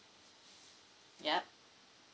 yup